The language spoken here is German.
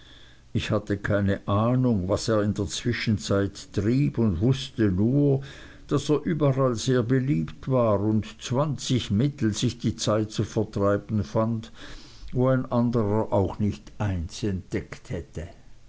ich hatte keine ahnung was er in der zwischenzeit trieb und wußte nur daß er überall sehr beliebt war und zwanzig mittel sich die zeit zu vertreiben fand wo ein anderer auch nicht eins entdeckt hätte